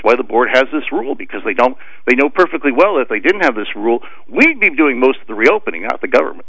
why the board has this rule because they don't they know perfectly well if they didn't have this rule we'd be doing most of the reopening of the government